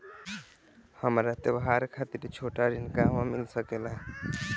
हमरा त्योहार खातिर छोटा ऋण कहवा मिल सकेला?